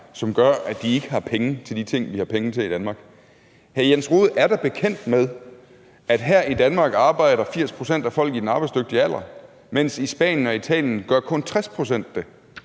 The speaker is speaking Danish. som gør, at de ikke har penge til de ting, vi har penge til i Danmark. Hr. Jens Rohde er da bekendt med, at det her i Danmark er 80 pct. af folk i den arbejdsdygtige alder, der arbejder, mens det kun er 60 pct., der